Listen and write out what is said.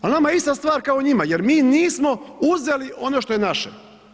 Ali nama je ista stvar kao i njima jer mi nismo uzeli ono što je naše.